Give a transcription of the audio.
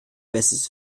bestes